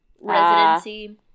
residency